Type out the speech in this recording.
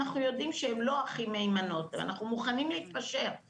אנחנו יודעים שהן לא הכי מהימנות ואנחנו מוכנים להתפשר,